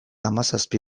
hamazazpi